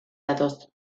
datoz